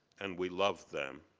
and we love them.